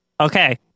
Okay